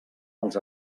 els